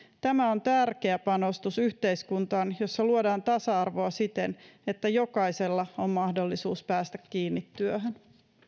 tämä on tärkeä panostus yhteiskuntaan jossa luodaan tasa arvoa siten että jokaisella on mahdollisuus päästä kiinni työhön